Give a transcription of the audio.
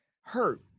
hurt